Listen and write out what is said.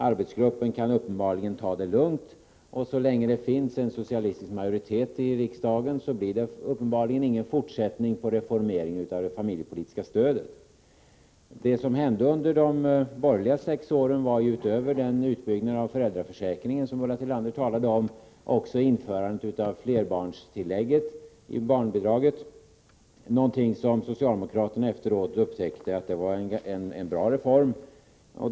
Arbetsgruppen kan uppenbarligen ta det lugnt, och så länge det finns en socialistisk majoritet i riksdagen blir det ingen fortsättning på reformeringen av det familjepolitiska stödet. Det som hände under de sex borgerliga åren, utöver den utbyggnad av föräldraförsäkringen som Ulla Tillander talade om, var införandet av flerbarnstillägget i barnbidraget — något som socialdemokraterna efteråt upptäckte var en bra reform.